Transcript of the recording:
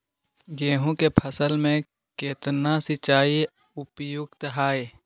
गेंहू के फसल में केतना सिंचाई उपयुक्त हाइ?